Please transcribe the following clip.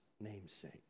namesake